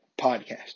podcast